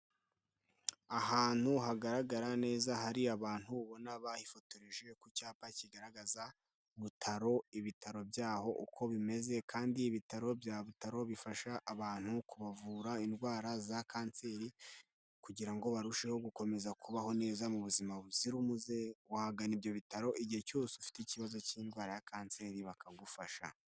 Ahantu hagaragara neza hari abantu ubona bahifotoreje ku cyapa kigaragaza Butaro, ibitaro byaho uko bimeze kandi ibitaro bya Butaro bifasha abantu kubavura indwara za kanseri kugira ngo barusheho gukomeza kubaho neza mu buzima buzira umuze, wagana ibyo bitaro igihe cyose ufite ikibazo cy'indwara ya kanseri bakagufasha.